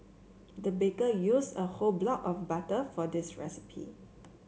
the baker used a whole block of butter for this recipe